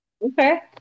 Okay